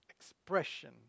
expression